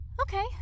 Okay